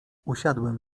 usiadłem